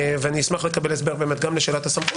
אני אשמח לקבל הסבר באמת גם לשאלת הסמכות